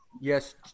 Yes